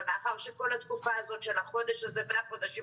ומאחר שכל התקופה הזאת של החודש הזה והחודשים